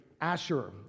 Asher